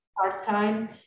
part-time